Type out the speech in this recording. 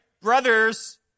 Brothers